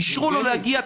אישרו לו להגיע.